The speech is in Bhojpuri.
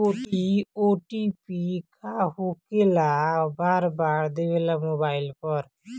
इ ओ.टी.पी का होकेला बार बार देवेला मोबाइल पर?